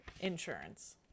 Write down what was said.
insurance